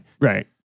right